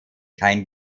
kein